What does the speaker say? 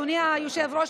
אדוני היושב-ראש,